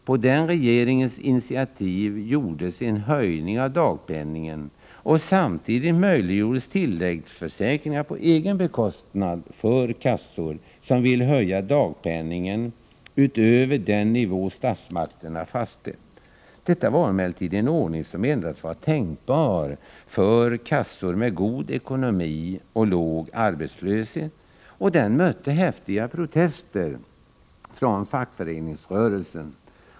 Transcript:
På den regeringens initiativ höjdes dagpenningen, och samtidigt möjliggjordes tilläggsförsäkringar på egen bekostnad för kassor som ville höja dagpenningen utöver den nivå statsmakterna fastställt. Detta var emellertid en ordning som endast var tänkbar i kassor med god ekonomi och låg arbetslöshet, och den mötte häftiga protester från fackföreningsrörelsen.